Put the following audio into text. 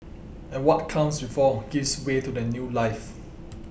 and what comes before gives way to that new life